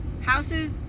houses